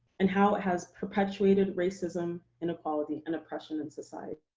and how it has perpetuated racism, inequality, and oppression in society.